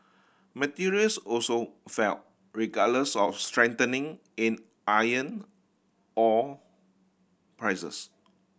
materials also fell regardless of strengthening in iron ore prices